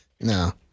no